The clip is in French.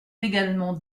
également